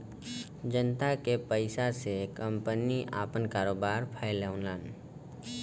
जनता के पइसा से कंपनी आपन कारोबार फैलावलन